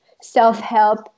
self-help